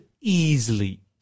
easily